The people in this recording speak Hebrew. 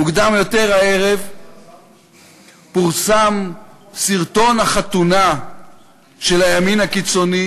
מוקדם יותר הערב פורסם סרטון החתונה של הימין הקיצוני,